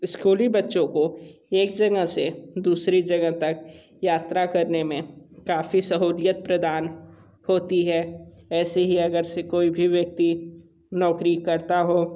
स्कूली बच्चों को एक जगह से दूसरी जगह तक यात्रा करने में काफ़ी सहूलियत प्रदान होती है ऐसे ही अगर से कोई भी व्यक्ति नौकरी करता हो